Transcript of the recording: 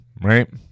right